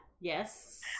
Yes